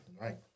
Right